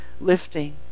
lifting